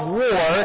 war